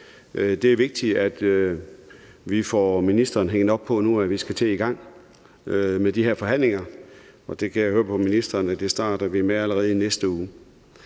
Det er vigtigt, at vi nu får ministeren hængt op på, at vi skal til at i gang med de her forhandlinger. Og det kan jeg høre på ministeren at vi starter med allerede i næste uge.